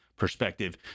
perspective